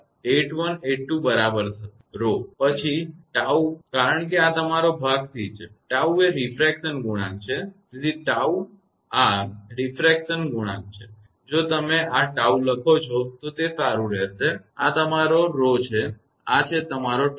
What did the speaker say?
8182 બરાબર થશે rho પછી 𝜏 કારણ કે આ તમારો ભાગ c છે c એ રીફ્રેક્શન ગુણાંક છે તેથી 𝜏 આ રીફ્રેક્શન ગુણાંક છે જો તમે આ 𝜏 લખો છો તો તે સારું રહેશે અને આ તમારો 𝜌 છે આ છે 𝜏